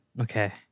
okay